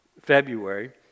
February